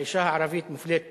האשה הערבית מופלית פעמיים,